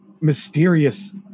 mysterious